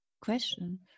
question